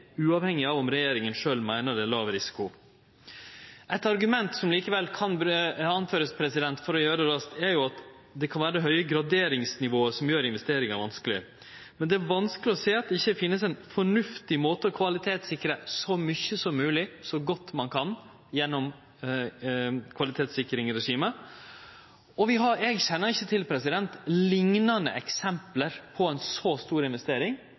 uavhengig av om regjeringa sjølv meiner det er låg risiko. Eit argument som likevel kan peikast på, for å gjere dette raskt, er at det kan vere det høge graderingsnivået som gjer investeringa vanskeleg. Men det er vanskeleg å sjå at det ikkje finst ein fornuftig måte å kvalitetssikre så mykje som mogleg, så godt ein kan, gjennom kvalitetssikringsregimet. Eg kjenner ikkje til liknande eksempel på ei så stor investering